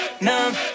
numb